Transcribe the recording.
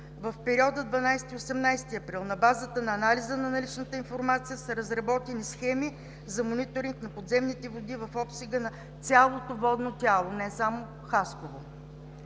В периода 12 – 18 април 2017 г. на базата на анализа на наличната информация са разработени схеми за мониторинг на подземните води в обсега на цялото водно тяло – не само в Хасково.